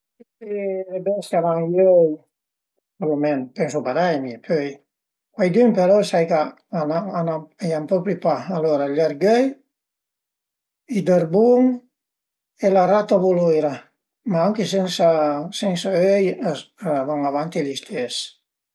Tüte le bestie al a i öi, per lu menu, pensu parei mi pöi, cuaidün però sai ch'a i an propi pa, alura i ergöi, i dërbun e la ratavuluira, ma anche sensa öi a van avanti l'istes